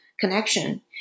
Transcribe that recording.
connection